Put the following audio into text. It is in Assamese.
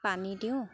পানী দিওঁ